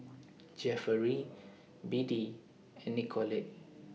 Jefferey Beadie and Nicolette